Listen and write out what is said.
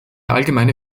allgemeine